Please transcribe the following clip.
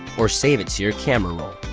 or save it to your camera roll.